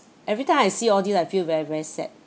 every time I see all these I feel very very sad